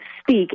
speak